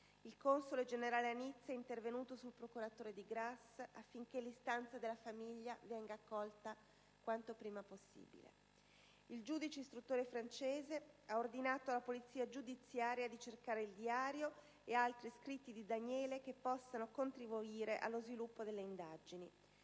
il console generale a Nizza è intervenuto sul procuratore di Grasse affinché l'istanza della famiglia venga accolta quanto prima. Il giudice istruttore francese ha ordinato alla polizia giudiziaria di cercare il diario e altri scritti di Daniele che possano contribuire allo sviluppo delle indagini.